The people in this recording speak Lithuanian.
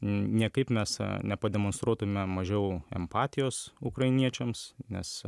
niekaip mes nepademonstruotume mažiau empatijos ukrainiečiams nes